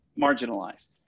marginalized